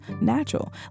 natural